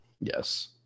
yes